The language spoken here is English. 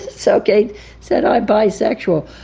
so kate said, i'm bisexual.